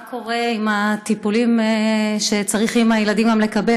מה קורה עם הטיפולים שהילדים צריכים לקבל?